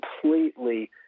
completely